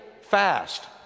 fast